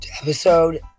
episode